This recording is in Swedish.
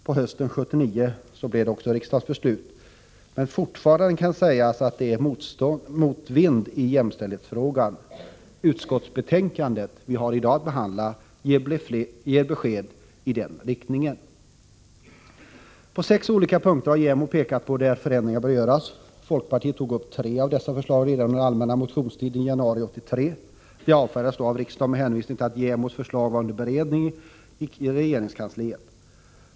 På hösten 1979 fattade också riksdagen beslut, men fortfarande är det motvind i jämställdhetsfrågan. Utskottsbetänkandet ger besked i den riktningen. På sex olika punkter har JämO pekat på där förändringar bör göras. Folkpartiet tog upp tre av dessa förslag redan under allmänna motionstiden i januari 1983. De avfärdades då av riksdagen med hänvisning till att JämO:s förslag var under beredning i regeringskansliet.